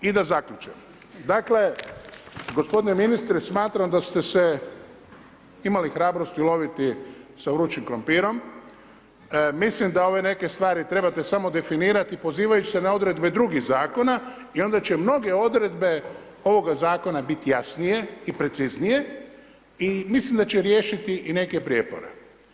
I da zaključim, dakle gospodine ministre smatram da ste se imali hrabrosti uloviti sa vrućim krumpirom, mislim da ove neke stvari trebate samo definirati pozivajući se na odredbe drugih zakona i onda će mnoge odredbe ovoga zakona biti jasnije i preciznije i mislim da će riješiti i neke prijepore.